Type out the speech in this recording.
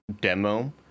demo